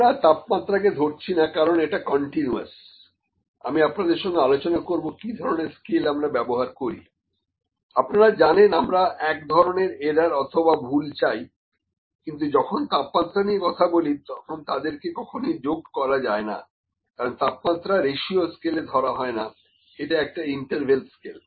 আমরা তাপমাত্রাকে ধরছি না কারণ এটা কন্টিনুওস আমি আপনাদের সঙ্গে আলোচনা করবো কি কি ধরনের স্কেল আমরা ব্যবহার করি আপনারা জানেন আমরা এক ধরনের এরার অথবা ভুল চাই কিন্তু যখন তাপমাত্রা নিয়ে কথা বলি তখন তাদেরকে কখনোই যোগ করা যায় না কারণ তাপমাত্রা রেশিও স্কেলে ধরা হয় না এটা একটা ইন্টারভেল স্কেল